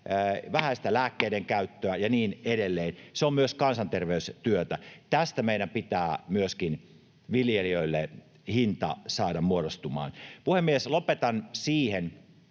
vähäistä lääkkeiden käyttöä ja niin edelleen. Se on myös kansanterveystyötä. Tästä meidän pitää myöskin viljelijöille saada hinta muodostumaan. Puhemies! Lopetan siihen,